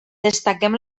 destaquem